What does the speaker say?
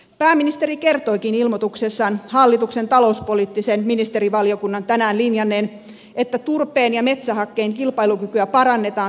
pääministeri kertoikin ilmoituksessaan hallituksen talouspoliittisen ministerivaliokunnan tänään linjanneen että turpeen ja metsähakkeen kilpailukykyä parannetaan suhteessa kivihiileen